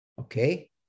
Okay